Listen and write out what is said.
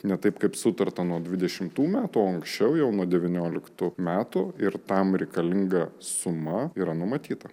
ne taip kaip sutarta nuo dvidešimtų metų anksčiau jau nuo devynioliktų metų ir tam reikalinga suma yra numatyta